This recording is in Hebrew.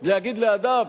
להגיד לאדם: